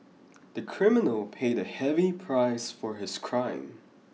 the criminal paid a heavy price for his crime